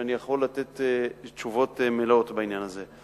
שאני יכול לתת תשובות מלאות בעניין הזה.